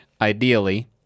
Ideally